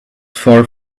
far